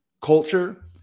culture